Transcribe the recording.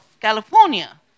California